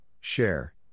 share